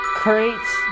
creates